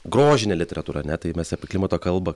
grožinė literatūra ne tai mes apie klimato kalbą